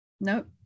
Nope